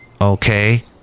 Okay